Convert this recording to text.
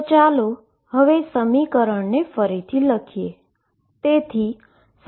તો ચાલો હવે તે સમીકરણને ફરીથી લખીએ